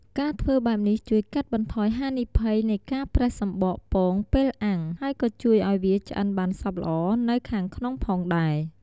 ការធ្វើបែបនេះជួយកាត់បន្ថយហានិភ័យនៃការប្រេះសំបកពងពេលអាំង ហើយក៏ជួយឱ្យវាឆ្អិនបានសព្វល្អនៅខាងក្នុងផងដែរ។